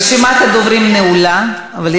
רשימת הדוברים נעולה, אוי, בדיוק כשרציתי.